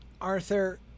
Arthur